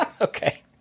Okay